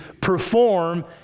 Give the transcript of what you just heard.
perform